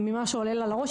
ממה שעולה לה לראש,